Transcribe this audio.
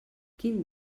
quin